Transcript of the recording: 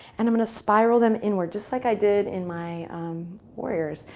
and i'm going to spiral them inward just like i did in my warriors.